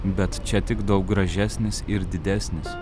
bet čia tik daug gražesnis ir didesnis